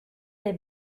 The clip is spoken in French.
les